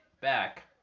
back